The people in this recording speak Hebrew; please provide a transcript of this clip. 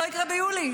לא יקרה ביולי.